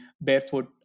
barefoot